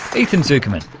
ethan zuckerman,